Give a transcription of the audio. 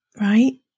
Right